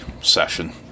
session